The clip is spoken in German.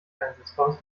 einsetzbares